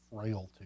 frailty